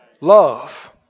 Love